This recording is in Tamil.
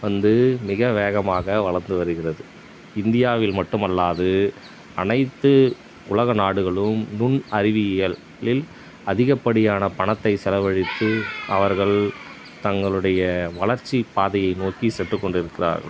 வந்து மிக வேகமாக வளர்ந்து வருகிறது இந்தியாவில் மட்டுமல்லாது அனைத்து உலக நாடுகளும் நுண் அறிவியியலில் அதிகப்படியான பணத்தை செலவழித்து அவர்கள் தங்களுடைய வளர்ச்சி பாதையை நோக்கி சென்று கொண்டிருக்கிறார்கள்